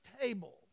table